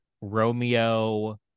Romeo